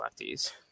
lefties